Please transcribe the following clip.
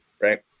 Right